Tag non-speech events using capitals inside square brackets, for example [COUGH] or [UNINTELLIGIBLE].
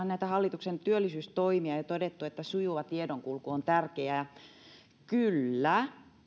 [UNINTELLIGIBLE] näitä hallituksen työllisyystoimia ja todettu että sujuva tiedonkulku on tärkeää kyllä